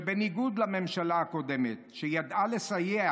שבניגוד לממשלה הקודמת, שידעה לסייע